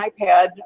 iPad